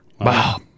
Wow